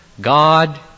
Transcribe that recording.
God